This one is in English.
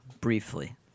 briefly